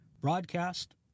broadcast